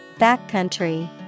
Backcountry